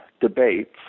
debates